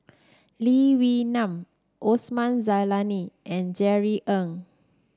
Lee Wee Nam Osman Zailani and Jerry Ng